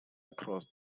across